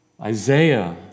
Isaiah